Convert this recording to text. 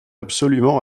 absolument